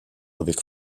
avec